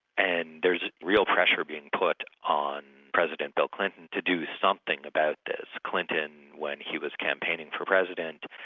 and there's real pressure being put on president bill clinton to do something about this. clinton, when he was campaigning for president,